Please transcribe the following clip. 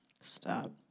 Stop